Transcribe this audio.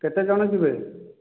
କେତେ ଜଣ ଯିବେ